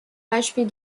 beispiel